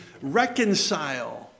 reconcile